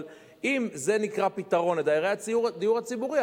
אבל אם זה נקרא פתרון לדיירי הדיור הציבורי,